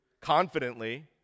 confidently